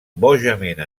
bojament